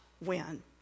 win